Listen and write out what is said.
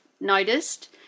noticed